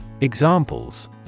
Examples